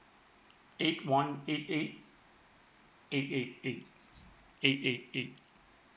eight one eight eight eight eight eight eight eight eight